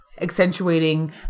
accentuating